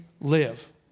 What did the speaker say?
live